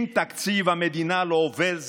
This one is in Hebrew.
אם תקציב המדינה לא עובר,